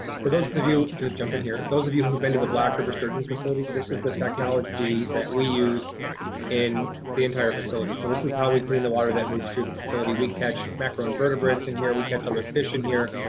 for those of you, to jump in here, those of you who have been to the black river sturgeon facility, this is the technology that we use in the entire facility. so this is how we clean the water that moves through the facility. we catch macro invertebrates in here, we catch other fish in here,